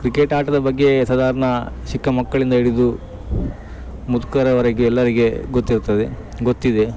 cricket ಆಟದ ಬಗ್ಗೆ ಸಧಾರ್ಣ ಚಿಕ್ಕ ಮಕ್ಕಳಿಂದ ಹಿಡಿದು ಮುದುಕರ ವರೆಗೆ ಎಲ್ಲರಿಗೆ ಗೊತ್ತಿರ್ತದೆ ಗೊತ್ತಿದೆ